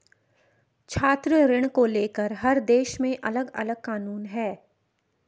छात्र ऋण को लेकर हर देश में अलगअलग कानून है